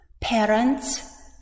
parents